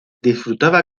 disfrutaba